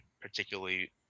particularly